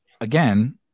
again –